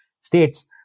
states